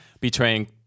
betraying